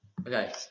Okay